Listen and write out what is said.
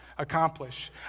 Accomplish